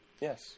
Yes